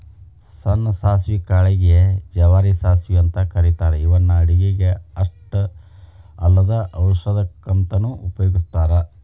ಸಣ್ಣ ಸಾಸವಿ ಕಾಳಿಗೆ ಗೆ ಜವಾರಿ ಸಾಸವಿ ಅಂತ ಕರೇತಾರ ಇವನ್ನ ಅಡುಗಿಗೆ ಅಷ್ಟ ಅಲ್ಲದ ಔಷಧಕ್ಕಂತನು ಉಪಯೋಗಸ್ತಾರ